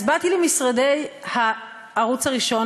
אז באתי למשרדי הערוץ הראשון,